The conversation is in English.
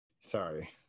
Sorry